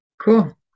Cool